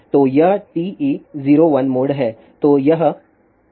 तो यह TE01 mode है